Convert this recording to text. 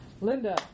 Linda